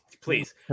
please